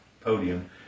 podium